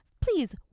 please